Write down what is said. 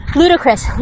ludicrous